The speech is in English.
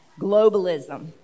globalism